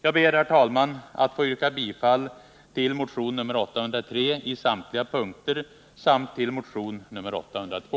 Jag ber, herr talman, att få yrka bifall till motion 803 i samtliga punkter samt till motion 802.